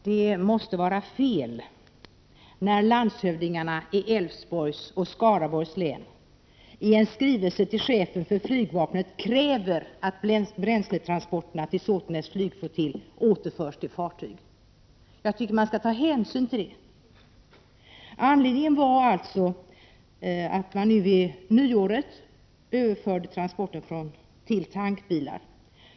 Herr talman! Det måste vara något som är fel när landshövdingarna i Älvsborgs och Skaraborgs län i en skrivelse till chefen för flygvapnet kräver att bränsletransporterna till Såtenäs flygflottilj skall återföras till fartyg. Jag tycker att man skall ta hänsyn till detta. Anledningen till skrivelsen var att man vid årsskiftet överförde transporterna till tankbilar.